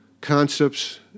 concepts